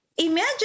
imagine